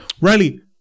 Riley